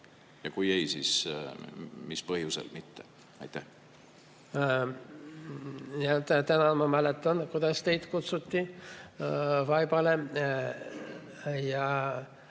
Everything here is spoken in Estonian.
Ja kui ei, siis mis põhjusel mitte? Tänan! Ma mäletan, kuidas teid kutsuti vaibale.